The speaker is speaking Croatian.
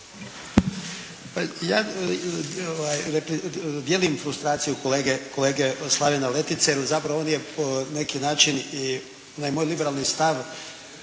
ja dijelim frustraciju kolege Slavena Letice, jer zapravo on je na neki način, i onaj moj liberalni stav